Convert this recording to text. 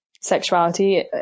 sexuality